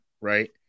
right